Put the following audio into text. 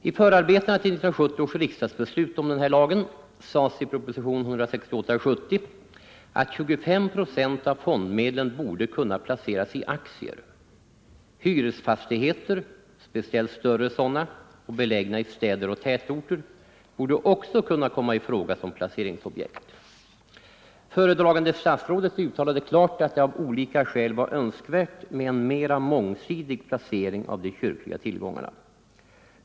I förarbetena till 1970 års riksdagsbeslut om denna lag sades i propositionen 1970:168 att 25 procent av fondmedlen borde kunna placeras i aktier. Hyresfastigheter, speciellt större sådana och belägna i städer och tätorter, borde också kunna komma i fråga som placeringsobjekt. Föredragande statsrådet uttalade klart att det av olika skäl var önskvärt med en mer mångsidig placering av de kyrkliga tillgångarna.